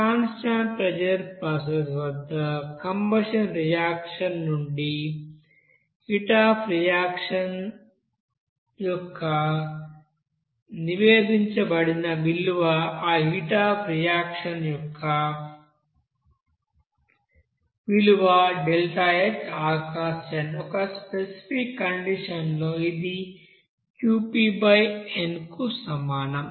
constant pressure process వద్ద combustion reaction నుండి heat of reaction యొక్క నివేదించబడిన విలువ ఆ హీట్ అఫ్ రియాక్షన్ యొక్క విలువ HrXn ఒక స్పెసిఫిక్ కండిషన్ లో ఇది Qpnకు సమానం